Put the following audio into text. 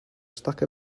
stuck